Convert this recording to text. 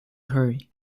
hurry